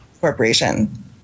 corporation